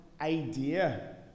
idea